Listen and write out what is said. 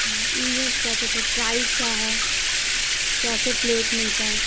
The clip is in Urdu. ہاں یہ کیا کہتے ہیں پرائز کیا ہے کیسے پلیٹ ملتا ہے